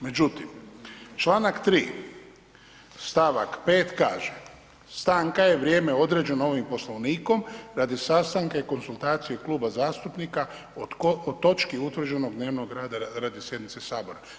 Međutim, čl. 3. st. 5. kaže, stanka je vrijeme određeno ovim Poslovnikom radi sastanka i konzultacije kluba zastupnika o točki utvrđenog dnevnog rada radi sjednice sabora.